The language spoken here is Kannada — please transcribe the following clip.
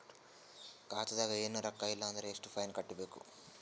ಖಾತಾದಾಗ ಏನು ರೊಕ್ಕ ಇಲ್ಲ ಅಂದರ ಎಷ್ಟ ಫೈನ್ ಕಟ್ಟಬೇಕು?